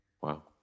Wow